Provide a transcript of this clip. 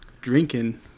drinking